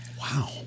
Wow